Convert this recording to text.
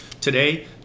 Today